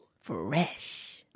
Fresh